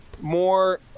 more